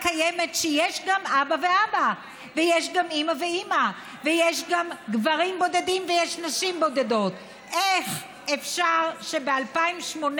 קהילה שיש לה אבות והורים וסבים וסבתות ודודים ודודות ואחים ואחיות.